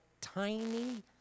tiny